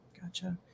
Gotcha